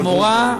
המורה,